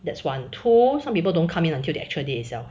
that's one two some people don't come in until the actual day itself